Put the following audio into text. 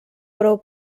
prou